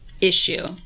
issue